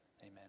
Amen